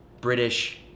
British